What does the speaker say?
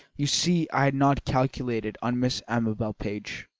you see i had not calculated on miss amabel page.